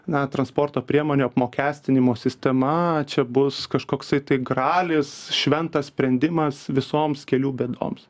na transporto priemonių apmokestinimo sistema čia bus kažkoksai tai gralis šventas sprendimas visoms kelių bėdoms